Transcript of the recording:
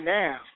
now